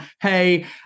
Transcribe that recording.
hey